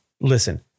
Listen